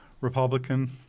Republican